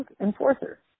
enforcer